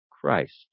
Christ